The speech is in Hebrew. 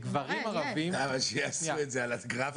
גברים ערבים אנחנו --- שיעשו את זה על הגרף הזה?